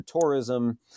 tourism